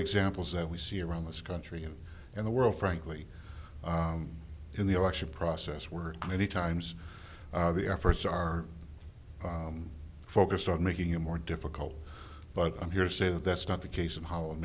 examples that we see around this country and in the world frankly in the election process where many times the efforts are focused on making it more difficult but i'm here to say that that's not the case in holland